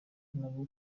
nabo